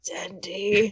Dendi